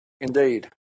indeed